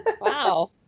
Wow